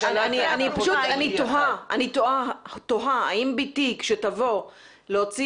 אני תוהה האם ביתי כשתבוא להוציא